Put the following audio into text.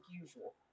usual